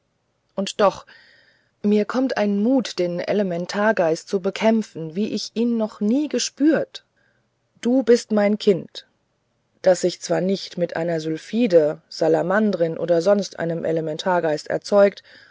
und doch mir kommt ein mut den elementargeist zu bekämpfen wie ich ihn noch nie gespürt du bist mein kind das ich zwar nicht mit einer sylphide salamandrin oder sonst einem elementargeist erzeugt